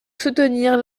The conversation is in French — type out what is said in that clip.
soutenir